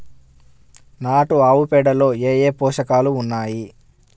నాటు ఆవుపేడలో ఏ ఏ పోషకాలు ఉన్నాయి?